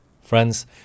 Friends